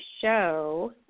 show